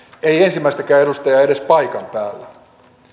ei ensimmäistäkään edustajaa edes paikan päällä